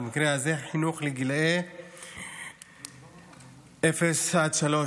ובמקרה הזה חינוך לגילי אפס עד שלוש,